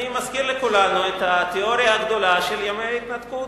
אני מזכיר לכולנו את התיאוריה הגדולה של ימי ההתנתקות,